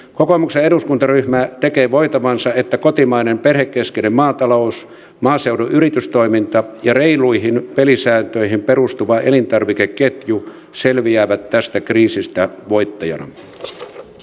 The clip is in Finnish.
kokoomuksen eduskuntaryhmä tekee voitavansa että kotimainen perhekeskeinen maatalous maaseudun yritystoiminta ja reiluihin pelisääntöihin perustuva elintarvikeketju selviävät tästä kriisistä voittajana j